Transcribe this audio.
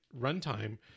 runtime